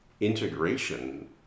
integration